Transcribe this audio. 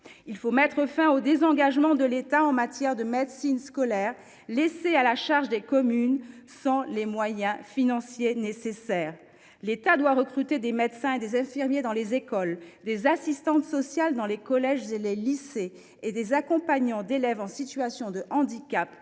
Il faut mettre fin au désengagement de l’État en matière de médecine scolaire, qui est laissée à la charge des communes sans les moyens financiers correspondants. L’État doit recruter des médecins et des infirmiers dans les écoles, des assistantes sociales dans les collèges et les lycées et des accompagnants d’élèves en situation de handicap